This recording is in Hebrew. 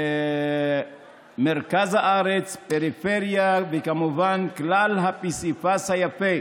במרכז הארץ ובפריפריה וכמובן כלל הפסיפס היפה